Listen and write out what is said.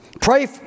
Pray